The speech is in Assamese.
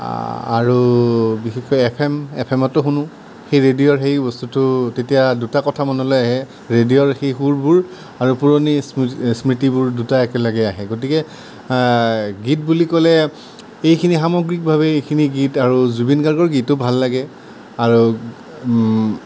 আৰু বিশেষকৈ এফ এম এফ এমটো শুনোঁ সেই ৰেদিঅ'ৰ সেই বস্তুটো তেতিয়া দুটা কথা মনলৈ আহে ৰেডিঅ'ৰ সেই সুৰবোৰ আৰু পুৰণি স্মৃতিবোৰ দুইটা একেলগে আহে গতিকে গীত বুলি ক'লে এইখিনি সামগ্ৰিক ভাৱেই এইখিনি গীত আৰু জুবিন গাৰ্গৰ গীতটো ভাল লাগে আৰু